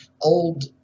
old